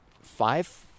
five